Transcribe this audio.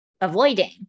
avoiding